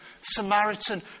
Samaritan